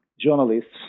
journalists